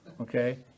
Okay